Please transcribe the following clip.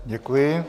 Děkuji.